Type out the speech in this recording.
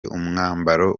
n’umwambaro